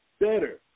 better